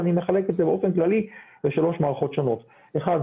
כשאני מחלק את זה באופן כללי לשלוש מערכות שונות: אחד,